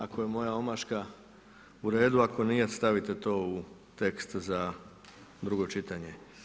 Ako je moja omaška u redu, ako nije, stavite to u tekst za drugo čitanje.